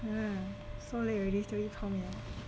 hmm so late already still eat 泡面 ah